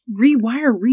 rewire